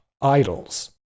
idols